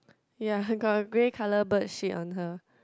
ya got a grey colour bird shit on her